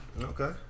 Okay